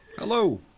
Hello